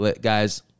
Guys